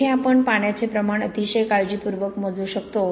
येथे आपण पाण्याचे प्रमाण अतिशय काळजीपूर्वक मोजू शकतो